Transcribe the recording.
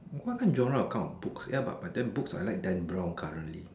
what kind of genre account on books ya but then books I like Dan brown currently